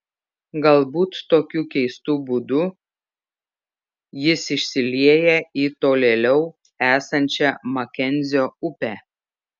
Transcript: galbūt tokiu keistu būdu jis išsilieja į tolėliau esančią makenzio upę